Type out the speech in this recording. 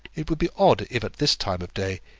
it would be odd if, at this time of day,